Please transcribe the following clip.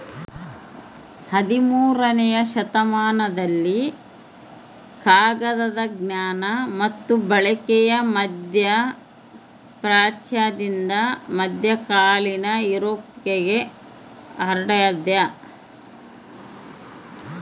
ಹದಿಮೂರನೇ ಶತಮಾನದಲ್ಲಿ ಕಾಗದದ ಜ್ಞಾನ ಮತ್ತು ಬಳಕೆ ಮಧ್ಯಪ್ರಾಚ್ಯದಿಂದ ಮಧ್ಯಕಾಲೀನ ಯುರೋಪ್ಗೆ ಹರಡ್ಯಾದ